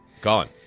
Gone